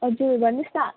हजुर भन्नुहोस् न